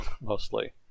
mostly